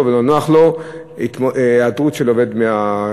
ולא נוח לו היעדרות של עובד מהעבודה.